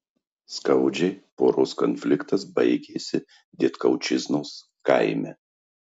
skaudžiai poros konfliktas baigėsi dietkauščiznos kaime